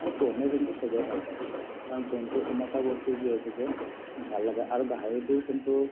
আৰু পোহনীয়া জন্তু চবেই ভাল পায় কাৰণ জন্তু বস্তু যিহেতুকে ভাল লাগে আৰু গাহৰিটো কিন্তু